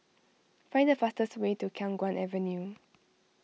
find the fastest way to Khiang Guan Avenue